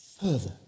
further